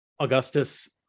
Augustus